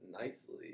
nicely